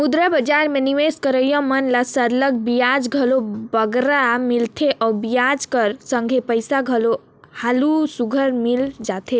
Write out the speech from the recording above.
मुद्रा बजार में निवेस करोइया मन ल सरलग बियाज घलो बगरा मिलथे अउ बियाज कर संघे पइसा घलो हालु सुग्घर मिल जाथे